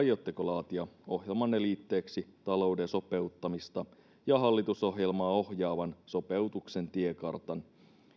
aiotteko laatia ohjelmanne liitteeksi talouden sopeuttamista ja hallitusohjelmaa ohjaavan sopeutuksen tiekartan